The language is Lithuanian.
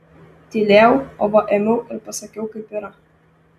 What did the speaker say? tylėjau o va ėmiau ir pasakiau kaip yra